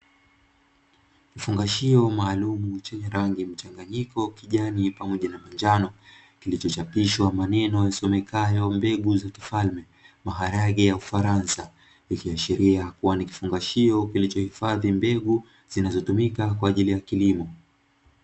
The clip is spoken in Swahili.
Kifungashio maalumu chenye rangi mchanganyiko kijani pamoja na manjano, kilichochapishwa maneno yanayosomekayo "Mbegu za kifalme, maharage ya ufaransa", ikiashiria kuwa ni kifungashio kilichohifadhi mbegu zinazotumika kwa ajili ya kilimo.